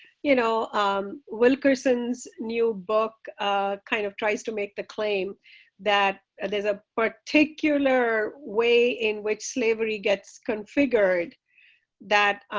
you know wilkerson's new book kind of tries to make the claim that there's a particular way in which slavery gets configured that,